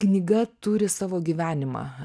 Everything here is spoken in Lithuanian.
knyga turi savo gyvenimą